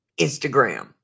Instagram